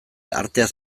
arteaz